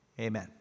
Amen